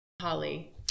Holly